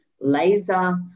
laser